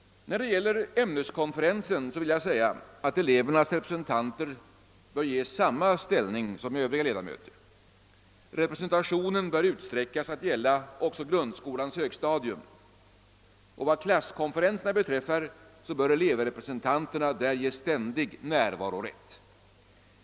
När det gäller ämneskonferensen bör elevernas representanter ges samma ställning som övriga ledamöter. Representationen där bör utsträckas att gälla också grundskolans högstadium. Och vad klasskonferenserna beträffar bör elevrepresentanterna ges ständig närvarorätt.